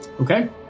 Okay